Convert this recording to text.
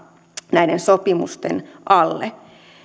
näiden sopimusten alle